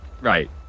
right